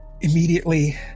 immediately